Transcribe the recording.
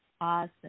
awesome